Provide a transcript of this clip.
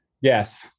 Yes